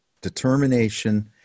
determination